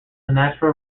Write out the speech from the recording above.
natural